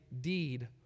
deed